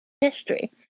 history